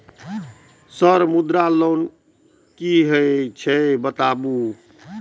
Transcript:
Sir Mudra loan की हे छे बताबू?